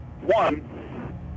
One